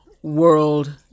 World